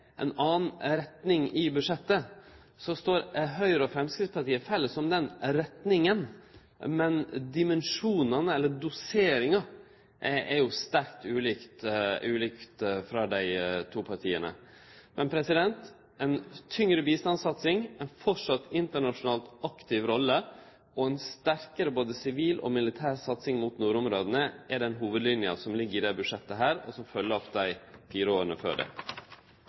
retning i budsjettet, står Høgre og Framstegspartiet felles om den retninga, men doseringa er veldig ulik mellom dei to partia. Ei tyngre bistandssatsing, ei stadig internasjonalt aktiv rolle og ei sterkare både sivil og militær satsing mot nordområda er den hovudlinja som ligg i dette budsjettet, og som følgjer opp dei fire åra før